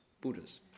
Buddhas